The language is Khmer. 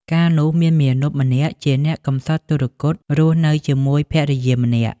កាលនោះ មានមាណពម្នាក់ជាអ្នកកំសត់ទុគ៌ត រស់នៅជាមួយភរិយាម្នាក់។